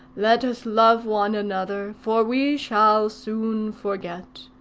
let us love one another, for we shall soon forget.